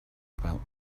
about